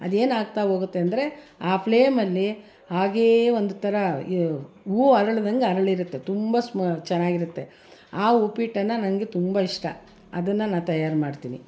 ಅದೇನಾಗ್ತಾ ಹೋಗುತ್ತೆ ಅಂದರೆ ಆ ಫ್ಲೇಮಲ್ಲಿ ಹಾಗೇ ಒಂದು ಥರ ಈ ಹೂ ಅರಳದಂತೆ ಅರಳಿರುತ್ತೆ ಅದು ತುಂಬ ಸ್ಮು ಚೆನ್ನಾಗಿರುತ್ತೆ ಆ ಉಪ್ಪಿಟ್ಟನ್ನು ನನಗೆ ತುಂಬ ಇಷ್ಟ ಅದನ್ನು ನಾನು ತಯಾರು ಮಾಡ್ತೀನಿ